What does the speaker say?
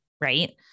right